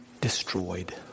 destroyed